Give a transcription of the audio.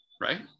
Right